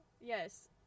Yes